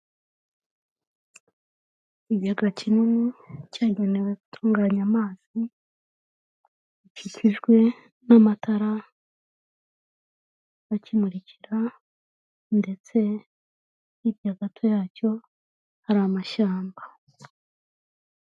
Ikigega kinini cyagenewe gutunganya amazi, gikikijwe n'amatara akimurikira, ndetse hirya gato yacyo hari amashyamba.